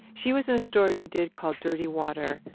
she was in a story we did called dirty water,